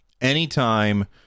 anytime